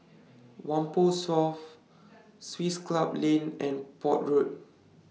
Whampoa South Swiss Club Lane and Port Road